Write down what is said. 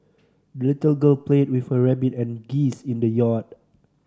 the little girl played with her rabbit and geese in the yard